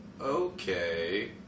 Okay